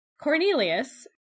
Cornelius